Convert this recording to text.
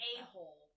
a-hole